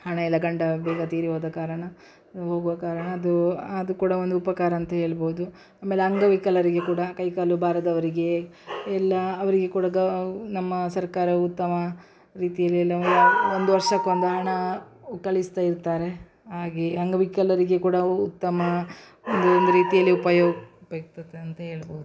ಹಣ ಎಲ್ಲ ಗಂಡ ಬೇಗ ತೀರಿಹೋದ ಕಾರಣ ಹೋಗುವ ಕಾರಣ ಅದು ಅದು ಕೂಡ ಒಂದು ಉಪಕಾರ ಅಂತ ಹೇಳ್ಬೋದು ಆಮೇಲೆ ಅಂಗವಿಕಲರಿಗೆ ಕೂಡ ಕೈಕಾಲು ಬಾರದವರಿಗೆ ಎಲ್ಲ ಅವರಿಗೆ ಕೂಡ ಗೌ ನಮ್ಮ ಸರ್ಕಾರ ಉತ್ತಮ ರೀತಿಯಲ್ಲಿ ಎಲ್ಲ ಒಂದು ಯಾವ ಒಂದು ವರ್ಷಕ್ಕೊಂದು ಹಣ ಕಳಿಸ್ತಾ ಇರ್ತಾರೆ ಹಾಗೆ ಅಂಗವಿಕಲರಿಗೆ ಕೂಡ ಉತ್ತಮ ಒಂದು ಒಂದು ರೀತಿಯಲ್ಲಿ ಉಪಯೋ ಉಪಯುಕ್ತತೆ ಅಂತ ಹೇಳ್ಬೋದು